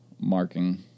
marking